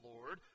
Lord